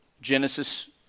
Genesis